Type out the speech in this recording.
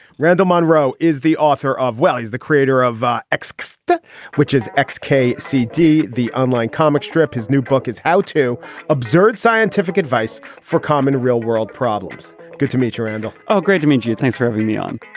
monroe is the author of well he's the creator of x which is x k c d. the online comic strip. his new book is how to observe scientific advice for common real world problems. good to meet you randall. oh great to meet you you thanks for having me on